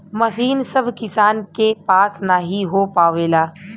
मसीन सभ किसान के पास नही हो पावेला